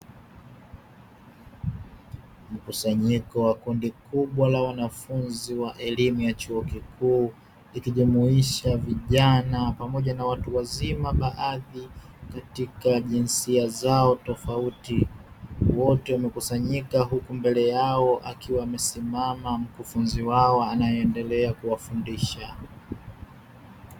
Mkusanyiko wa kundi kubwa la wanafunzi wa elimu ya chuo kikuu, zikijumuisha vijana pamoja na watu wazima baadhi katika jinsia zao tofauti wote wamekusanyika huku mbele yao akiwa amesimama mkufunzi wao anayeendelea kuwafundisha.